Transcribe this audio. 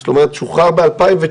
זאת אומרת שוחרר ב-2019.